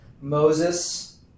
Moses